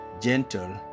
gentle